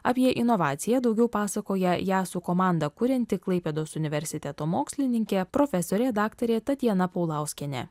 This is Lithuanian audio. apie inovaciją daugiau pasakoja ją su komanda kurianti klaipėdos universiteto mokslininkė profesorė daktarė tatjana paulauskienė